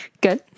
good